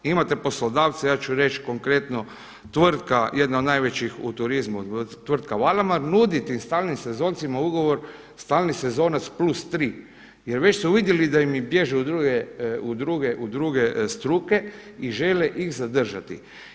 Imate poslodavce, ja ću reći konkretno tvrtka jedna od najvećih u turizmu tvrtka Valamar nudi tim stalnim sezoncima ugovor stalni sezonac plus tri, jer već su vidjeli da im bježe u druge struke i žele ih zadržati.